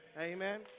Amen